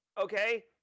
okay